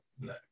No